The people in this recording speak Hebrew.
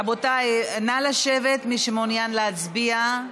רבותיי, נא לשבת, מי שמעוניין להצביע.